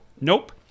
Nope